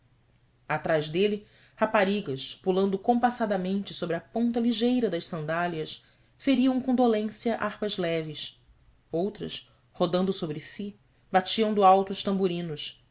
atrás dele raparigas pulando compassadamente sobre a ponta ligeira das sandálias feriam com dolência harpas leves outras rodando sobre si batiam do alto